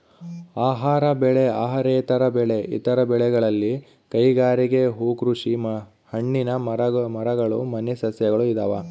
ಆಹಾರ ಬೆಳೆ ಅಹಾರೇತರ ಬೆಳೆ ಇತರ ಬೆಳೆಗಳಲ್ಲಿ ಕೈಗಾರಿಕೆ ಹೂಕೃಷಿ ಹಣ್ಣಿನ ಮರಗಳು ಮನೆ ಸಸ್ಯಗಳು ಇದಾವ